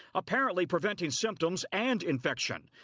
apparently preventing symptoms and infection.